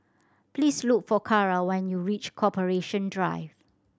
please look for Carra when you reach Corporation Drive